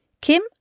Kim